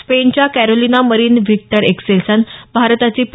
स्पेनच्या Carolina Marin Viktor Axelsen भारताचे P